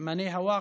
נאמני הווקף,